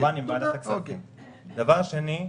דבר שני,